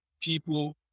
people